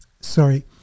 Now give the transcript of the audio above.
sorry